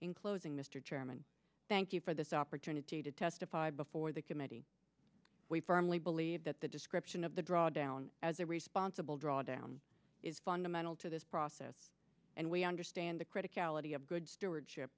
in closing mr chairman thank you for this opportunity to testify before the committee we firmly believe that the description of the drawdown as a responsible drawdown is fundamental to this process and we understand the critic ality of good stewardship